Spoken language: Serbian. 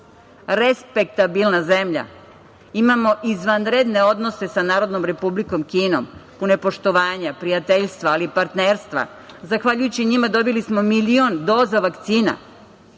respektabilna zemlja. Imamo izvanredne odnose sa Narodnom Republikom Kinom, pune poštovanja, prijateljstva, ali i partnerstva. Zahvaljujući njima dobili smo milion doza vakcina. Takođe,